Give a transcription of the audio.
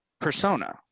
persona